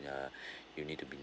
uh you need to be